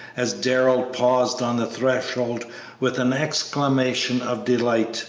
as darrell paused on the threshold with an exclamation of delight